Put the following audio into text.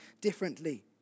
differently